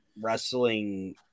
wrestling